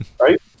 Right